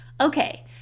Okay